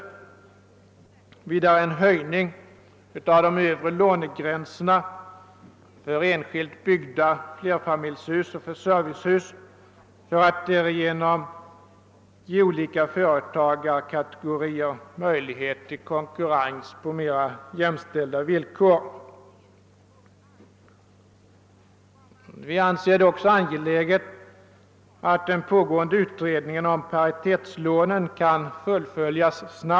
Vidare har vi förordat en höjning av de övre lånegränserna för enskilt byggda enfamiljshus och för servicehus för att därigenom ge olika företagarkategorier möjlighet till konkurrens på mer jämställda villkor. Vi anser det också angeläget att den pågående utredningen om paritetslånen snabbt fullföljes.